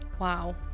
Wow